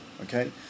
okay